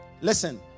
Listen